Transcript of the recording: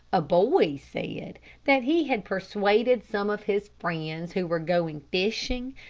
a boy said that he had persuaded some of his friends who were going fishing,